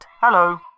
Hello